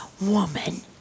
woman